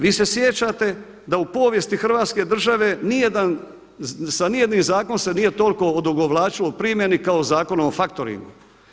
Vi se sjećate da u povijesti Hrvatske države sa nijednim zakonom se nije toliko odugovlačilo u primjeni kao Zakonom o faktoringu.